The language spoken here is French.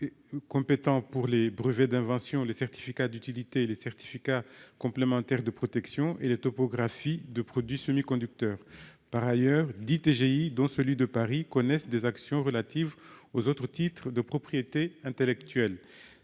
compétent pour les brevets d'invention, les certificats d'utilité, les certificats complémentaires de protection et les topographies de produits semi-conducteurs. Par ailleurs, dix tribunaux de grande instance, dont celui de Paris, connaissent des actions relatives aux autres titres de propriété intellectuelle.